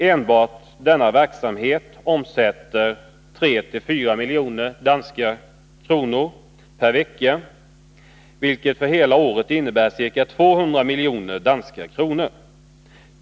Enbart denna verksamhet omsätter 34 miljoner danska kronor per vecka, vilket för hela året innebär ca 200 miljoner danska kronor.